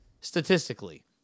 Statistically